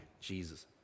Jesus